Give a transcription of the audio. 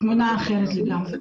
תמונה אחרת לגמרי.